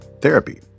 therapy